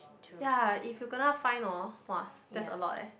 ya if you kena fine hor !wah! that's a lot eh